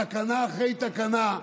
תקנה אחרי תקנה,